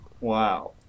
Wow